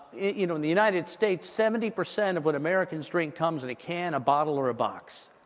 you know, in the united states, seventy percent of what americans drink comes in a can, a bottle or a box.